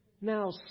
Now